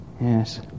Yes